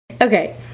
Okay